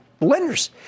Lenders